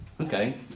Okay